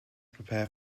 prepare